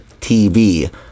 TV